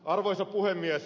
arvoisa puhemies